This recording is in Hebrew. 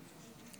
אני קובע